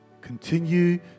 Continue